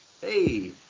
Hey